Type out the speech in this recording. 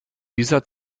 dieser